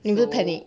你不是 panic